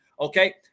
Okay